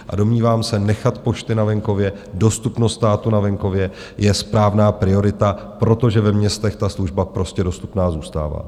A domnívám se, nechat pošty na venkově, dostupnost státu na venkově je správná priorita, protože ve městech ta služba prostě dostupná zůstává.